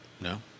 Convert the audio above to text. No